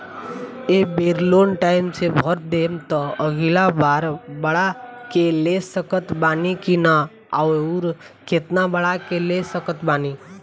ए बेर loan time से भर देहम त अगिला बार बढ़ा के ले सकत बानी की न आउर केतना बढ़ा के ले सकत बानी?